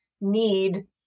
need